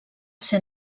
ser